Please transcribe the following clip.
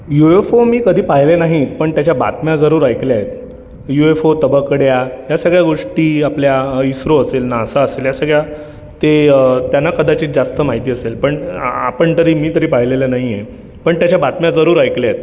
you F O मी कधी पाहिले नाही पण त्याच्या बातम्या जरूर ऐकल्या आहेत यू एफ ओ तबकड्या या सगळ्या गोष्टी आपल्या इस्रो असेल नासा असेल या सगळ्या ते त्यांना कदाचित जास्त माहिती असेल पण आ आपण तरी मी तरी पाहिलेलं नाही आहे पण त्याच्या बातम्या जरूर ऐकल्या आहेत